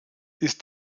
ist